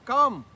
Come